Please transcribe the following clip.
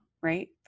right